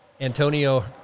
Antonio